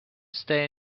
stay